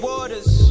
Waters